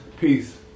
Peace